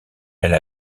elle